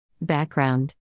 Background